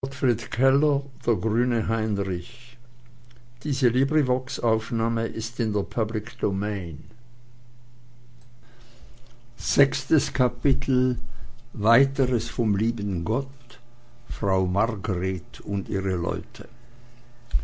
sechstes kapitel weiteres vom lieben gott frau margret und ihre leute